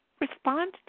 respond